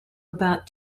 about